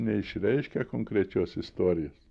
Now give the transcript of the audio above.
neišreiškia konkrečios istorijos